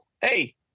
hey